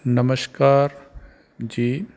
ਨਮਸਕਾਰ ਜੀ